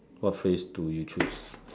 what phrase do you choose